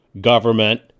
government